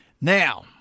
Now